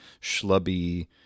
schlubby